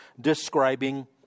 describing